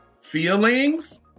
Feelings